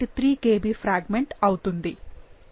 3 Kb fragment అవుతుంది